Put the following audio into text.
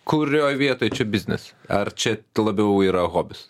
kurioj vietoj čia biznis ar čia labiau yra hobis